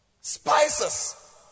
spices